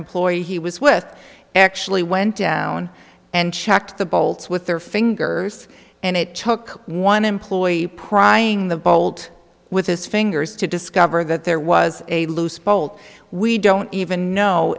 employee he was with actually went down and checked the bolts with their fingers and it took one employee prying the bolt with his fingers to discover that there was a loose bolt we don't even know